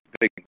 big